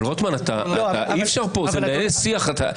רוטמן, אי-אפשר לנהל שיח פה.